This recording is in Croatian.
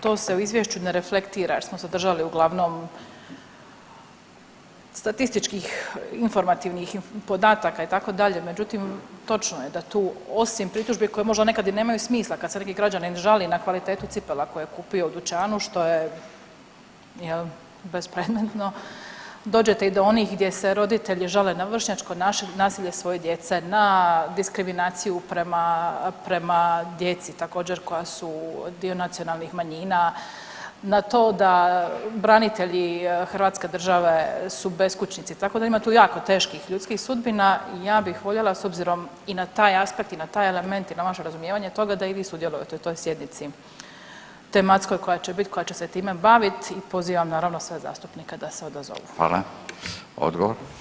To se u izvješću ne reflektira jer smo se držali uglavnom statističkih informativnih podataka itd., međutim točno je da tu osim pritužbi koje možda nekad i nemaju smisla kad se neki građanin žali na kvalitetu cipela koje je kupio u dućanu što je jel bespredmetno dođete i do onih gdje se roditelji žale na vršnjačko nasilje svoje djece, na diskriminaciju prema, prema djeci također koja su dio nacionalnih manjina, na to da branitelji hrvatske države su beskućnici, tako da ima tu jako teških ljudskih sudbina, ja bih voljela s obzirom i na taj aspekt i na taj element i na vaše razumijevanje toga da i vi sudjelujete u toj sjednici tematskoj koja će bit, koja će se time bavit i pozivam naravno sve zastupnike da se odazovu.